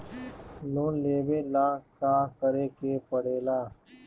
Loan लेबे ला का करे के पड़े ला?